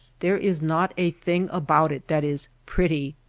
there is not a thing about it that is pretty,